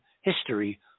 history